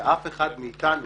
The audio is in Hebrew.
שאף אחד מאיתנו,